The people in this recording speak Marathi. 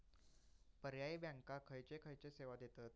पर्यायी बँका खयचे खयचे सेवा देतत?